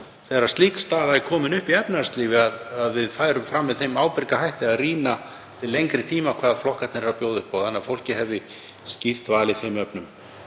þegar slík staða er komin upp í efnahagslífi að við færum fram með þeim ábyrga hætti að rýna til lengri tíma hvað flokkarnir bjóða upp á þannig að fólk hefði skýrt val í þeim efnum.